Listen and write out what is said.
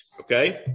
okay